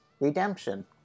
redemption